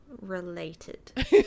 related